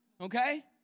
okay